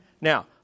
Now